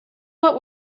what